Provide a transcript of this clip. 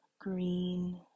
green